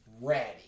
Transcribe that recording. ready